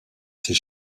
ces